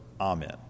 Amen